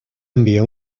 envia